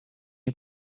you